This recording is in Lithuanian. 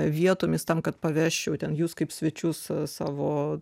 vietomis tam kad paveščiau ten jus kaip svečius savo